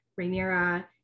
Rhaenyra